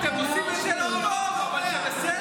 אתם עושים את זה, זה בסדר.